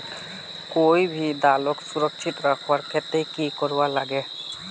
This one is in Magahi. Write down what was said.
कोई भी दालोक सुरक्षित रखवार केते की करवार लगे?